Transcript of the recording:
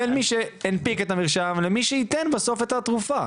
בין מי שהנפיק את המרשם למי שייתן בסוף את התרופה,